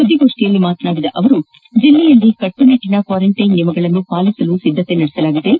ಸುದ್ದಿಗೋಷ್ಠಿಯಲ್ಲಿ ಮಾತನಾಡಿದ ಅವರು ಜಿಲ್ಲೆಯಲ್ಲಿ ಕಟ್ಲುನಿಟ್ಟಿನ ಕ್ವಾರಂಟೈನ್ ನಿಯಮಗಳನ್ನು ಪಾಲಿಸಲು ಸಿದ್ದತೆ ನಡೆಸಿದ್ದು